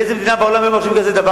באיזה מדינה בעולם היו מרשים כזה דבר?